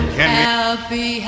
Happy